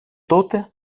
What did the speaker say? τότε